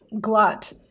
glut